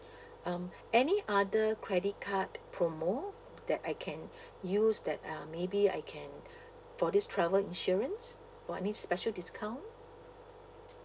um any other credit card promo that I can use that uh maybe I can for this travel insurance or any special discount